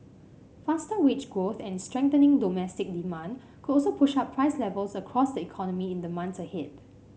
faster wage growth and strengthening domestic demand could also push up price levels across the economy in the months ahead